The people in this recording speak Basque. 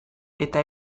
eta